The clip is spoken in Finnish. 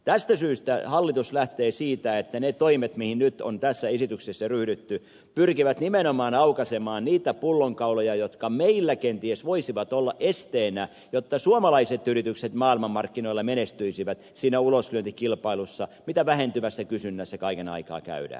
tästä syystä hallitus lähtee siitä että ne toimet mihin nyt on tässä esityksessä ryhdytty pyrkivät nimenomaan aukaisemaan niitä pullonkauloja jotka meillä kenties voisivat olla esteenä jotta suomalaiset yritykset maailmanmarkkinoilla menestyisivät siinä uloslyöntikilpailussa mitä vähentyvässä kysynnässä kaiken aikaa käydään